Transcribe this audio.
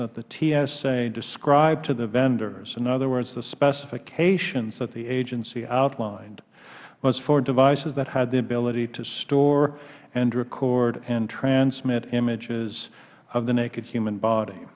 that the tsa described to the vendors in other words the specifications that the agency outlined was for devices that had the ability to store and record and transmit images of the naked human body